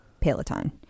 Peloton